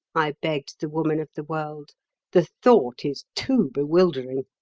i begged the woman of the world the thought is too bewildering.